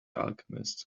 alchemist